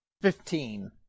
Fifteen